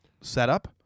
setup